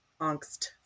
angst